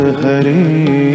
hari